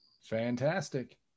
Fantastic